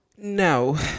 No